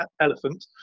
elephant